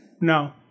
No